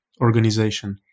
organization